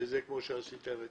כפי שעשיתם אתמול,